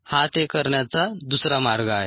हा ते करण्याचा दुसरा मार्ग आहे